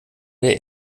der